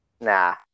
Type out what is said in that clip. Nah